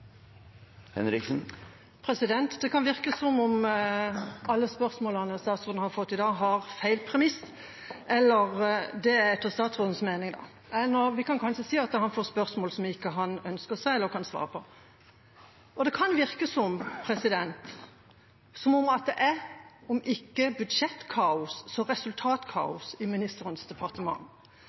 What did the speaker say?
Det kan virke som om alle spørsmålene statsråden har fått i dag, har feil premiss – etter statsrådens mening. Eller vi kan kanskje si at han får spørsmål som han ikke ønsker seg eller ikke kan svare på. Det kan virke som om det er om ikke budsjettkaos, så resultatkaos i ministerens departement.